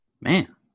Man